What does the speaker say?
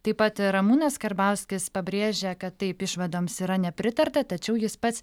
taip pat ir ramūnas karbauskis pabrėžia kad taip išvadoms yra nepritarta tačiau jis pats